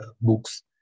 books